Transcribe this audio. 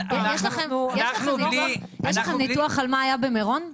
יש לכם ניתוח על מה היה במירון?